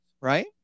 right